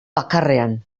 bakarrean